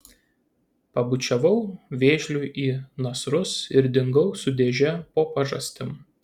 pabučiavau vėžliui į nasrus ir dingau su dėže po pažastim